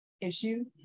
issue